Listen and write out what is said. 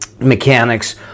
mechanics